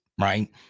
right